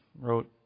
wrote